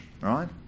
right